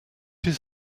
his